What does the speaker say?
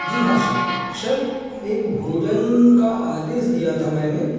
जी हाँ sir sir एक भोजन का आदेश दिया था मैंने